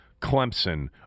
Clemson